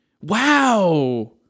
Wow